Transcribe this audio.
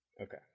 Okay